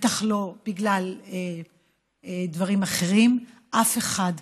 ובטח לא בגלל דברים אחרים, אף אחד.